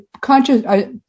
Conscious